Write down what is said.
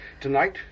tonight